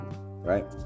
right